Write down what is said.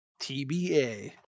TBA